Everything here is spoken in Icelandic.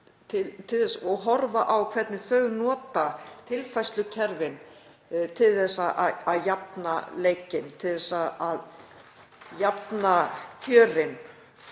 og horfa á hvernig þau nota tilfærslukerfin til að jafna leikinn, til að jafna kjörin.